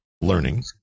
learning